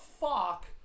fuck